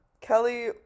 Kelly